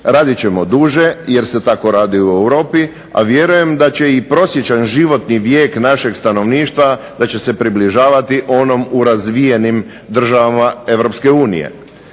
Radit ćemo duže jer se tako radi u Europi, a vjerujem da će i prosječan životni vijek našeg stanovništva da će se približavati onom u razvijenim državama